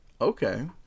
Okay